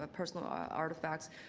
ah personal ah artifacts.